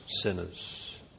sinners